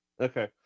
Okay